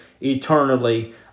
eternally